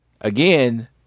again